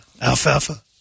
Alfalfa